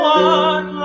one